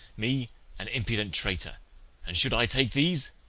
me an impudent traitor and should i take these,